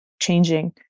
changing